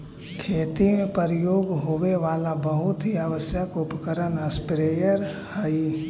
खेती में प्रयुक्त होवे वाला बहुत ही आवश्यक उपकरण स्प्रेयर हई